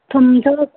ꯊꯨꯝꯁꯨ